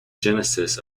genesis